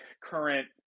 current